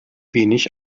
wenig